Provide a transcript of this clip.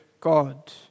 God